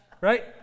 right